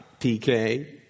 PK